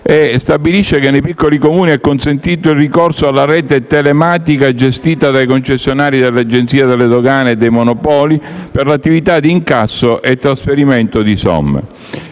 stabilisce che nei piccoli Comuni è consentito il ricorso alla rete telematica gestita dai concessionari delle agenzie delle dogane e dei monopoli per l'attività di incasso e trasferimento di somme.